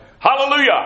Hallelujah